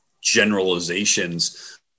generalizations